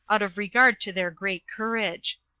out of regard to their great courage.